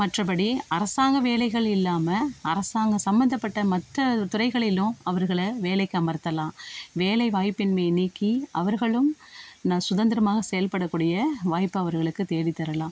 மற்றபடி அரசாங்க வேலைகள் இல்லாமல் அரசாங்கம் சம்மந்தப்பட்ட மற்ற துறைகளிலும் அவர்களை வேலைக்கு அமர்த்தலாம் வேலைவாய்ப்பின்மையை நீக்கி அவர்களும் சுதந்திரமாக செயல்படக்கூடிய வாய்ப்பை அவர்களுக்குத் தேடி தரலாம்